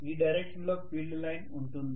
ఈ డైరెక్షన్లో field line ఉంటుంది